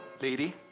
lady